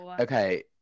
Okay